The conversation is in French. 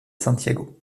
santiago